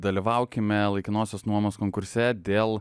dalyvaukime laikinosios nuomos konkurse dėl